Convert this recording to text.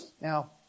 Now